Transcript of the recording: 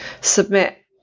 submit